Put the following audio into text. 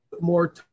more